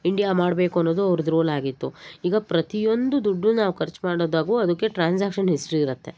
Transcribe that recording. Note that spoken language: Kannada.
ಇಂಡಿಯಾ ಮಾಡಬೇಕು ಅನ್ನೋದು ಅವ್ರದ್ದು ರೋಲ್ ಆಗಿತ್ತು ಈಗ ಪ್ರತಿಯೊಂದು ದುಡ್ಡು ನಾವು ಖರ್ಚು ಮಾಡೊದಾಗು ಅದಕ್ಕೆ ಟ್ರಾನ್ಸ್ಯಾಕ್ಷನ್ ಹಿಸ್ಟ್ರಿ ಇರುತ್ತೆ